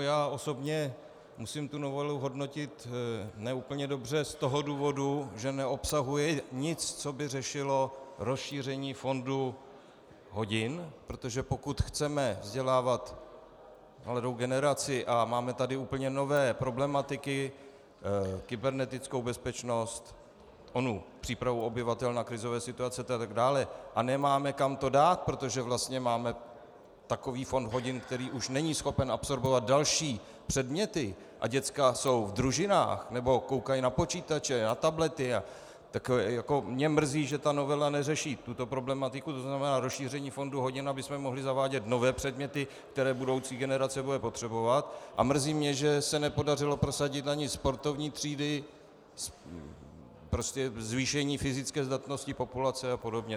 Já osobně musím tu novelu hodnotit ne úplně dobře z toho důvodu, že neobsahuje nic, co by řešilo rozšíření fondu hodin, protože pokud chceme vzdělávat mladou generaci a máme tady úplně nové problematiky, kybernetickou bezpečnost, onu přípravu obyvatel na krizové situace atd., a nemáme, kam to dát, protože vlastně máme takový fond hodin, který už není schopen absorbovat další předměty, a děcka jsou v družinách nebo koukají na počítače, na tablety, tak mě mrzí, že ta novela neřeší tuto problematiku, tzn. rozšíření fondu hodin, abychom mohli zavádět nové předměty, které budoucí generace bude potřebovat, a mrzí mě, že se nepodařilo prosadit ani sportovní třídy, prostě zvýšení fyzické zdatnosti populace apod.